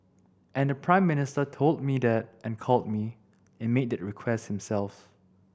and the Prime Minister told me that and called me and made that request himself